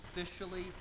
officially